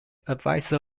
advisor